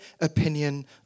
opinion